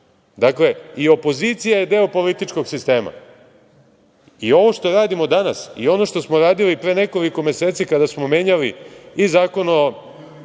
Dakle, i opozicija je deo političkog sistema. Ono što radimo danas i ono što smo radili pre nekoliko meseci kada smo menjali i Zakon o